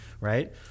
right